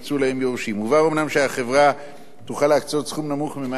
מובהר אומנם שהחברה תוכל להקצות סכום נמוך מ-100 מיליון שקלים,